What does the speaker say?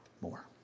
more